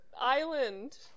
Island